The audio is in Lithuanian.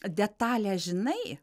detalę žinai